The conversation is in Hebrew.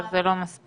אבל זה לא מספיק.